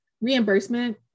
reimbursement